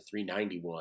391